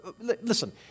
listen